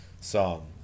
song